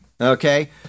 okay